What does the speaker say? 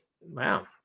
Wow